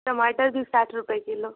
टमाटर भी साठ रूपये किलो